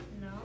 No